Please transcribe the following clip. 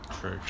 true